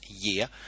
year